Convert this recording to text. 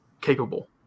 capable